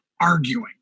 arguing